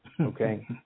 okay